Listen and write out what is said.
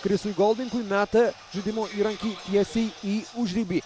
krisui goldingui meta žaidimo įrankį tiesiai į užribį